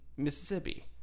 Mississippi